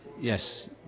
yes